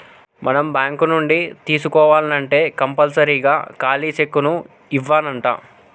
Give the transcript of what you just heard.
మనం బాంకు నుంచి తీసుకోవాల్నంటే కంపల్సరీగా ఖాలీ సెక్కును ఇవ్యానంటా